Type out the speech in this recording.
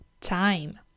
time